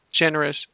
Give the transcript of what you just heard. Generous